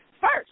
first